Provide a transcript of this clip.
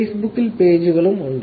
ഫേസ്ബുക്കിൽ പേജുകളും ഉണ്ട്